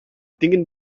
tinguin